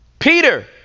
Peter